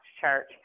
church